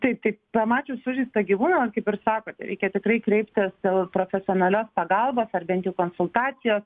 taip taip pamačius sužeistą gyvūną kaip ir sakot reikia tikrai kreiptis profesionalios pagalbos ar bent jau konsultacijos